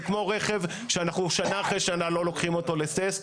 זה כמו רכב שאנחנו שנה אחרי שנה לא לוקחים אותו לטסט.